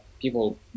people